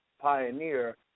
pioneer